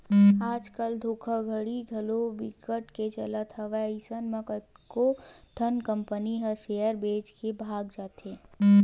आज कल धोखाघड़ी घलो बिकट के चलत हवय अइसन म कतको ठन कंपनी ह सेयर बेच के भगा जाथे